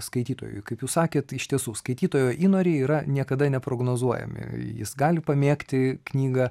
skaitytojui kaip jūs sakėt iš tiesų skaitytojo įnoriai yra niekada neprognozuojami jis gali pamėgti knygą